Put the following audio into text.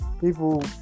people